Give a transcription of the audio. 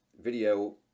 video